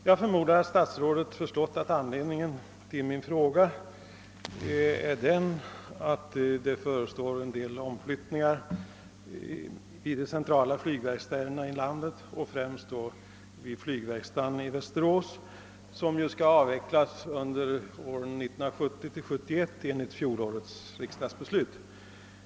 Jag förmodar att statsrådet förstått att anledningen till att jag ställt min fråga är de omflyttningar som förestår vid de centrala flygverkstäderna i landet och främst då vid verkstaden i Västerås, som skall avvecklas under tiden 1970—1971 enligt fjolårets riksdagsbeslut.